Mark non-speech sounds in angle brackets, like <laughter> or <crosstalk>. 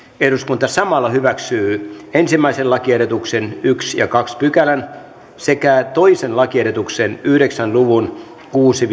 eduskunta samalla hyväksyy ensimmäisen lakiehdotuksen ensimmäisen ja toisen pykälän sekä toisen lakiehdotuksen yhdeksän luvun kuusi <unintelligible>